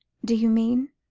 do you mean,